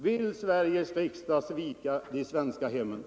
Vill Sveriges riksdag svika de Nr 93